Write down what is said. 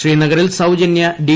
ശ്രീനഗറിൽ സൌജന്യ ഡി